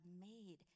made